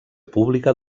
pública